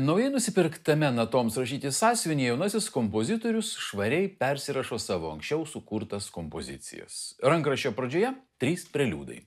naujai nusipirktame natoms rašyti sąsiuvinyje jaunasis kompozitorius švariai persirašo savo anksčiau sukurtas kompozicijas rankraščio pradžioje trys preliudai